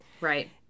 Right